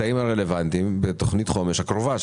הקטעים הרלוונטיים בתכנית חומש הקרובה,